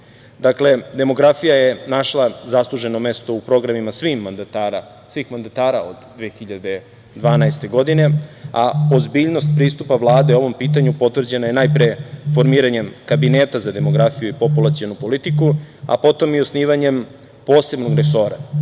Dakle, demografija je našla zasluženo mesto u programima svih mandatara od 2012. godine, a ozbiljnost pristupa Vlade ovom pitanju potvrđena je formiranjem Kabineta za demografiju i populacionu politiku, a potom i osnivanjem posebnog resora.